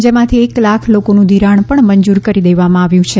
જેમાંથી એક લાખ લોકોનું ધિરાણ પણ મંજુર કરી દેવામાં આવ્યું છે